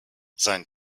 sein